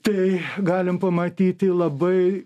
tai galim pamatyti labai